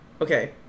Okay